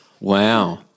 Wow